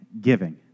giving